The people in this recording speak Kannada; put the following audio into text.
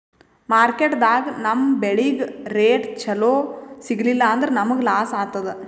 ಮಾರ್ಕೆಟ್ದಾಗ್ ನಮ್ ಬೆಳಿಗ್ ರೇಟ್ ಚೊಲೋ ಸಿಗಲಿಲ್ಲ ಅಂದ್ರ ನಮಗ ಲಾಸ್ ಆತದ್